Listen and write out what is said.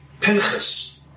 Pinchas